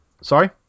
Sorry